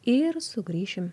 ir sugrįšim